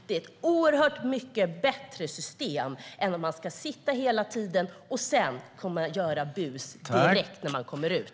Det är ett oerhört mycket bättre system än att man ska sitta av hela tiden och sedan kunna göra bus direkt när man kommer ut.